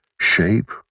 shape